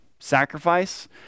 Sacrifice